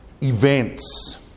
events